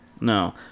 No